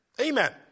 Amen